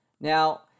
Now